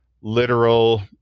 literal